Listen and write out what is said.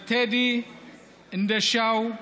טדי אינדשאו,